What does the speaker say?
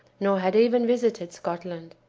nor had even visited scotland.